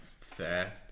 fair